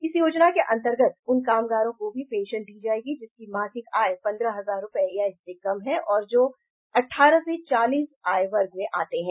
इस योजना के अंतर्गत उन कामगारों को भी पेंशन दी जाएगी जिनकी मासिक आय पंद्रह हजार रुपये या इससे कम है और जो अठारह से चालीस आय वर्ग में आते हैं